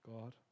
God